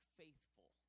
faithful